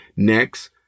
Next